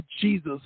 Jesus